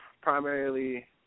primarily